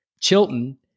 Chilton